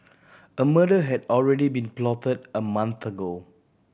a murder had already been plotted a month ago